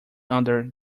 under